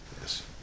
yes